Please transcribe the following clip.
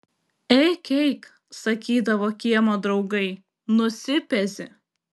eik eik sakydavo kiemo draugai nusipezi